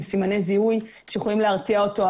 עם סמני זיהוי שנועדו להרתיע אותו.